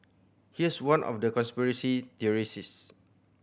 here's one of the conspiracy theorist